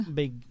big